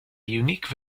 unique